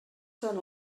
són